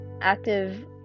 Active